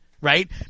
right